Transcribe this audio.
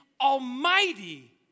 almighty